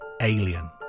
Alien